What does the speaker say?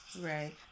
Right